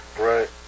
right